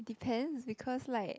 depend because like